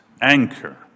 anchor